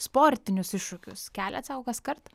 sportinius iššūkius keliat sau kaskart